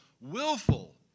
willful